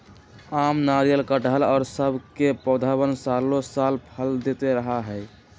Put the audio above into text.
आम, नारियल, कटहल और सब के पौधवन सालो साल फल देते रहा हई